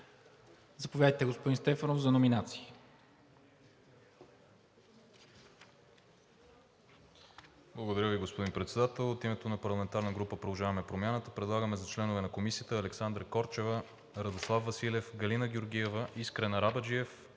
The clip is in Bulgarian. Заповядайте, господин Стефанов, за номинации